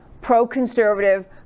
pro-conservative